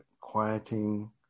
quieting